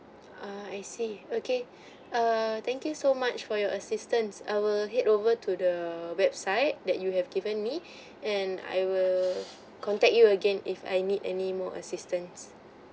uh I see okay err thank you so much for your assistance I will head over to the website that you have given me and I will contact you again if I need any more assistance